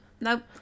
Nope